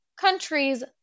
countries